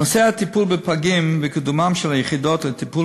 נושא הטיפול בפגים וקידומן של היחידות לטיפול